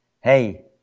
hey